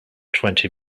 twenty